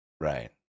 Right